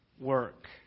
work